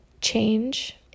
change